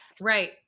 Right